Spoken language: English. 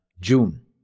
June